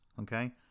okay